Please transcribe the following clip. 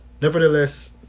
nevertheless